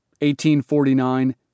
1849